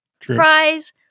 fries